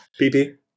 PP